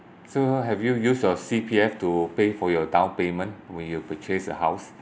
so have you used your C_P_F to pay for your down payment when you purchase a house